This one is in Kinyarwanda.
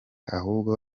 ahubwo